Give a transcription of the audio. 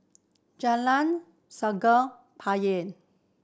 Jalan Sungei Poyan